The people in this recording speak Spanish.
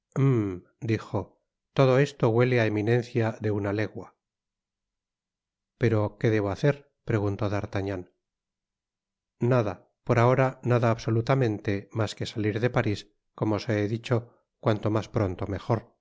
dijo todo esto huele á eminencia de una legua pero qué debo hacer preguntó d'artagnan nada por ahora nada absolutamente mas que salir de paris como os he dicho cuanto mas pronto mejor